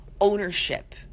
ownership